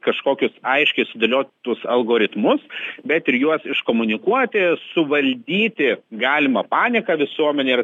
kažkokius aiškiai sudėliot tuos algoritmus bet ir juos iškomunikuoti suvaldyti galimą paniką visuomenėj ir